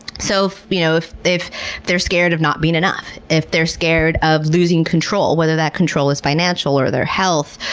so you know if if they're scared of not being enough, if they're scared of losing control, whether that control is financial or their health,